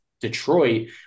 Detroit